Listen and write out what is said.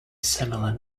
similar